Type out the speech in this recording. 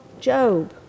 Job